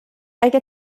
اگه